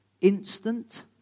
Instant